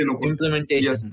implementation